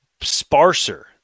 sparser